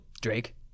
Drake